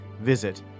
Visit